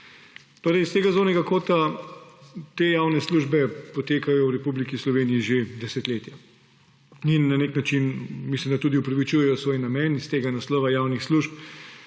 S tega zornega kota te javne službe potekajo v Republiki Sloveniji že desetletja in na nek način mislim, da tudi upravičujejo svoj namen iz tega naslova javnih služb,